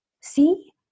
see